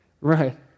Right